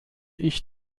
ich